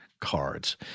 cards